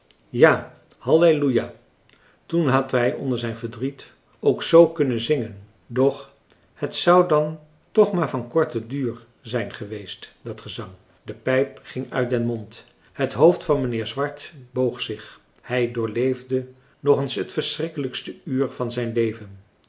ja halleluja toen had hij onder al zijn verdriet k zoo kunnen zingen doch het zou dan toch maar van korten duur zijn geweest dat gezang de pijp ging uit den mond het hoofd van mijnheer swart boog zich hij doorleefde nog eens het verschrikkelijkste uur van zijn leven